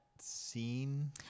scene